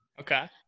Okay